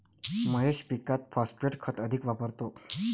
महेश पीकात फॉस्फेट खत अधिक वापरतो